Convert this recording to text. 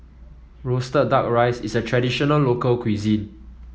roasted duck rice is a traditional local cuisine